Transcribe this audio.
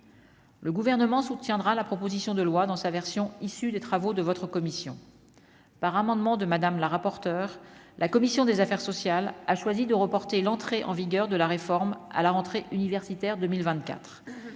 le gouvernement soutiendra la proposition de loi dans sa version issue des travaux de votre commission par amendement de Madame la rapporteure, la commission des affaires sociales a choisi de reporter l'entrée en vigueur de la réforme à la rentrée universitaire 2024,